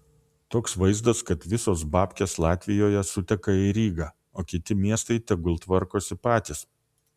toks vaizdas kad visos babkės latvijoje suteka į rygą o kiti miestai tegul tvarkosi patys